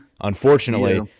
Unfortunately